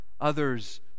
others